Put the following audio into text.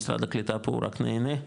משרד הקליטה פה רק נהנה,